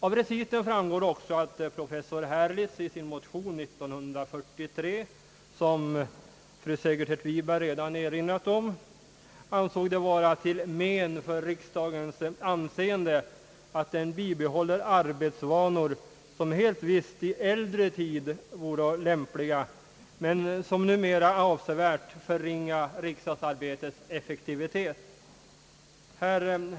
Av reciten framgår också att professor Herlitz i sin motion år 1943, som fru Segerstedt Wiberg redan erinrat om, ansåg det vara »till men för riksdagens anseende, att den bibehåller arbetsvanor, som helt visst i äldre tid voro lämpliga, men som numera avsevärt förringa riksdagsarbetets effektivitet«.